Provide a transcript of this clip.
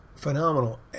Phenomenal